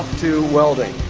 to welding